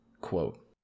Quote